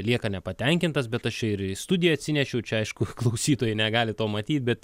lieka nepatenkintas bet aš čia ir į studiją atsinešiau čia aišku klausytojai negali to matyt bet